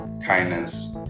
kindness